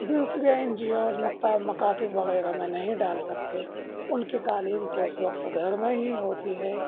دوسرے NGOs مکاتب وغیرہ میں نہیں ڈال سکتے ان کی تعلیم تو اس وقت گھر میں ہی ہوتی ہے